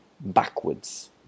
backwards